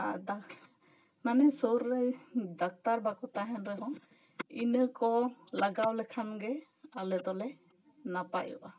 ᱟᱨ ᱢᱟᱱᱮ ᱥᱩᱨ ᱨᱮ ᱫᱟᱠᱛᱟᱨ ᱵᱟᱠᱚ ᱛᱟᱦᱮᱱ ᱨᱮᱦᱚᱸ ᱤᱱᱟᱹ ᱠᱚ ᱞᱟᱜᱟᱣ ᱞᱮᱠᱷᱟᱱ ᱜᱮ ᱟᱞᱮ ᱫᱚᱞᱮ ᱱᱟᱯᱟᱭᱚᱜᱼᱟ